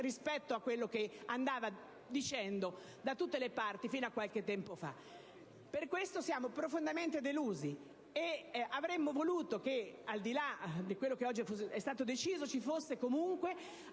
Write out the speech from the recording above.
rispetto a quel che andava dicendo da tutte le parti fino a qualche tempo fa. Per questo siamo profondamente delusi. Avremmo voluto che, al di là di quello che oggi è stato deciso, ci fosse comunque